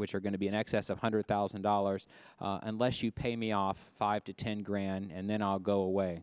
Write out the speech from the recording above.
which are going to be in excess of hundred thousand dollars unless you pay me off five to ten grand and then i'll go away